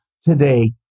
today